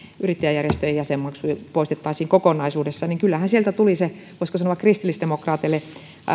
yrittäjäjärjestöjen jäsenmaksut poistettaisiin kokonaisuudessaan niin kyllähän sieltä tuli se voisiko sanoa kristillisdemokraateille